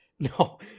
No